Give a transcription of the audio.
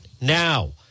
now